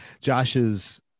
Josh's